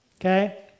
okay